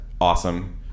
awesome